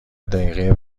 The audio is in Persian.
دقیقه